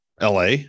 LA